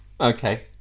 Okay